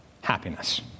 happiness